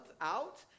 out